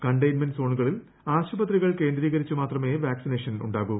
containment സോണുകളിൽ ആശുപത്രികൾ കേന്ദ്രീകരിച്ച് മാത്രമേക്ക് വാക്സിനേഷനുണ്ടാകൂ